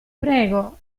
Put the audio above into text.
prego